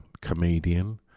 comedian